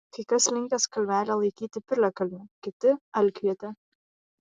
kai kas linkęs kalvelę laikyti piliakalniu kiti alkviete